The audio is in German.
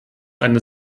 eine